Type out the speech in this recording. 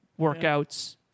workouts